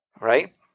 Right